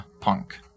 punk